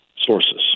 sources